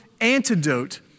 antidote